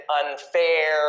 unfair